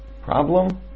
problem